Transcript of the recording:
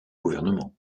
gouvernement